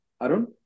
Arun